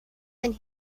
and